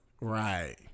Right